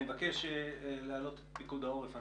אני מבקש להעלות את פיקוד העורף.